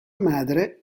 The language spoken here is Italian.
madre